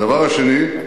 הדבר השני,